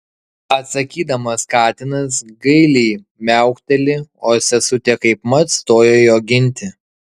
atsakydamas katinas gailiai miaukteli o sesutė kaipmat stoja jo ginti